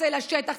צא לשטח,